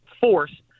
FORCE